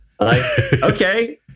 Okay